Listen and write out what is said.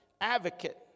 advocate